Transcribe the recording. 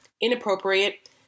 inappropriate